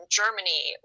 germany